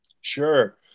Sure